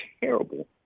terrible